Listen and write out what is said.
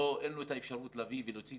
אין לו את האפשרות להביא את התרומה,